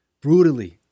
Brutally